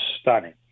stunning